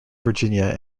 virginia